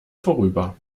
vorüber